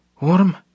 Warm